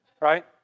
Right